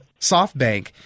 SoftBank